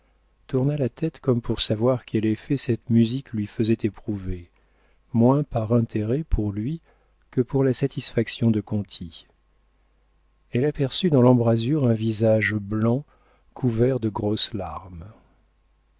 tourna la tête comme pour savoir quel effet cette musique lui faisait éprouver moins par intérêt pour lui que pour la satisfaction de conti elle aperçut dans l'embrasure un visage blanc couvert de grosses larmes